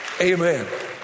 Amen